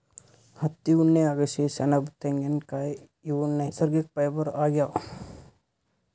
ಹತ್ತಿ ಉಣ್ಣೆ ಅಗಸಿ ಸೆಣಬ್ ತೆಂಗಿನ್ಕಾಯ್ ಇವ್ ನೈಸರ್ಗಿಕ್ ಫೈಬರ್ ಆಗ್ಯಾವ್